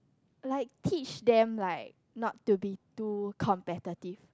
like teach them like not to be too competitive